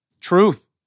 Truth